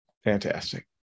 Fantastic